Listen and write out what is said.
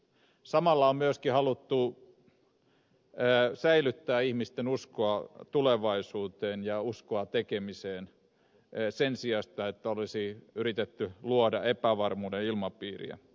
samalla on myöskin haluttu säilyttää ihmisten uskoa tulevaisuuteen ja uskoa tekemiseen sen sijasta että olisi yritetty luoda epävarmuuden ilmapiiriä